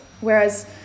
whereas